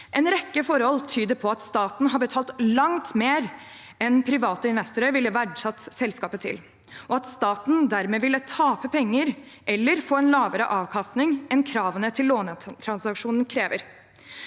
En rekke forhold tyder på at staten har betalt langt mer enn private investorer ville verdsatt selskapet til, og at staten dermed ville tape penger eller få en lavere avkastning enn kravene til lånetransaksjoner krever.